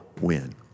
win